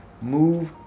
move